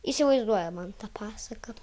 įsivaizduoja man ta pasaka